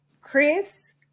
Chris